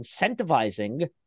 incentivizing